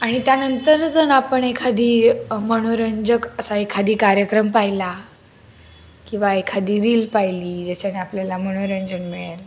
आणि त्यानंतर जण आपण एखादी मनोरंजक असा एखादी कार्यक्रम पाहिला किंवा एखादी रील पाहिली ज्याच्याने आपल्याला मनोरंजन मिळेल